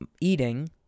eating